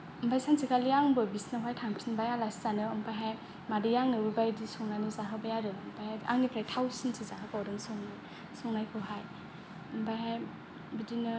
ओमफाय सानसेखालि आंबो बिसिनाव हाय थांफिनबाय आलासि जानो ओमफायहाय मादैआ आंनो बेबादि संनानै जाहोबाय आरो ओमफायहाय आंनिफ्राय थावसिनसो जाहोबावदों संनाय संनायखौहाय ओमफायहाय बिदिनो